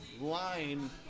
line